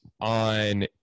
on